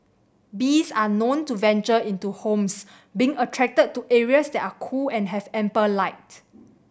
bees are known to venture into homes being attracted to areas that are cool and have ample light